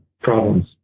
problems